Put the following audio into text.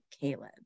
Caleb